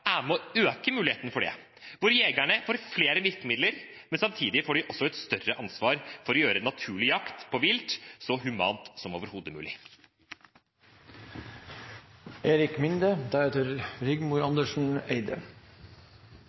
er med på å øke muligheten for det; jegerne får flere virkemidler, men samtidig får de et større ansvar for å gjøre naturlig jakt på vilt så humant som overhodet